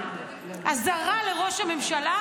אזהרה לראש הממשלה,